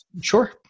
Sure